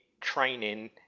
training